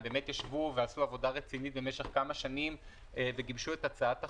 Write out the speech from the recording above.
הם באמת ישבו ועשו עבודה רצינית במשך כמה שנים וגיבשו את הצעת החוק.